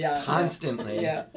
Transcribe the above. constantly